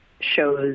shows